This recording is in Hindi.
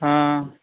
हाँ